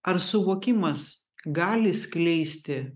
ar suvokimas gali skleisti